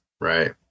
Right